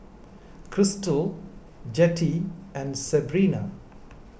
Krystle Jettie and Sebrina